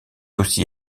aussi